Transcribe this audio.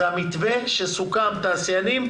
זה המתווה שסוכם בין התעשיינים,